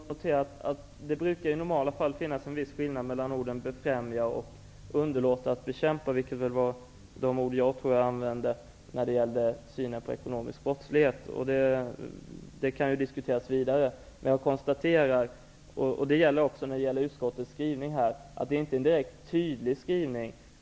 Fru talman! Jag vill bara notera att det i normala fall brukar finnas en viss skillnad mellan uttrycken ''befrämja'' och ''underlåta att bekämpa''. Det senare är det uttryck jag använde när det gällde synen på ekonomisk brottslighet. Det kan diskuteras vidare. Jag konstaterar att utskottets skrivning inte är direkt tydlig.